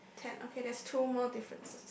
ten okay there's two more differences